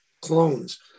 clones